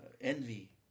envy